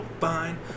fine